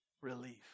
Relief